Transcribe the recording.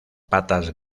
patas